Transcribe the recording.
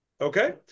Okay